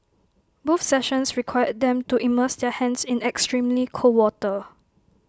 both sessions required them to immerse their hands in extremely cold water